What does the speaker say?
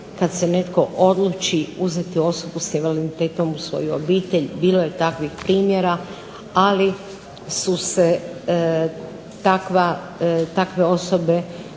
kada se netko odluči uzeti osobu sa invaliditetom u svoju obitelj. Bilo je takvih primjera ali su se takve osobe